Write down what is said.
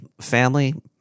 family